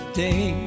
day